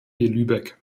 lübeck